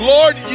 Lord